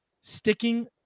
sticking